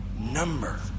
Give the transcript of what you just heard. number